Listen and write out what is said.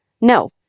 No